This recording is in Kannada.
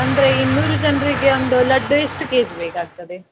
ಅಂದರೆ ಇನ್ನೂರು ಜನರಿಗೆ ಒಂದು ಲಡ್ಡು ಎಷ್ಟು ಕೆಜಿ ಬೇಕಾಗ್ತದೆ